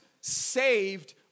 saved